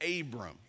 Abram